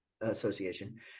Association